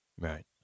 Right